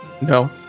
No